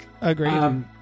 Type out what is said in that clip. Agreed